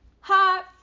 hot